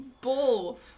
Bull